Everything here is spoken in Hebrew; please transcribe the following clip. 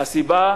הסיבה,